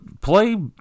Play